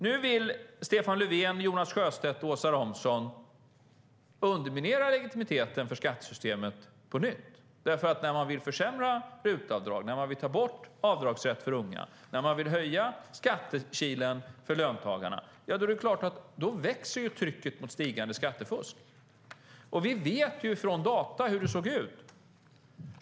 Nu vill Stefan Löfven, Jonas Sjöstedt och Åsa Romson underminera legitimiteten för skattesystemet på nytt. När man vill försämra RUT-avdraget, ta bort avdragsrätt för unga och öka skattekilen för löntagarna är det klart att trycket leder till ökat skattefusk. Vi vet från data hur det såg ut.